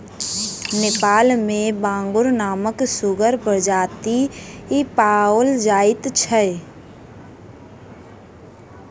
नेपाल मे बांगुर नामक सुगरक प्रजाति पाओल जाइत छै